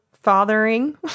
fathering